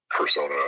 persona